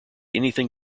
anything